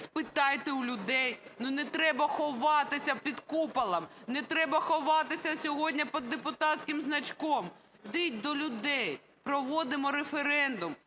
спитайте у людей. Не треба ховатися під куполом. Не треба ховатися сьогодні під депутатським значком. Ідіть до людей. Проводимо референдум.